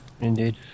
Indeed